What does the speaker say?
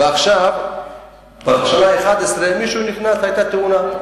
ועכשיו בשנה ה-11 היתה תאונה,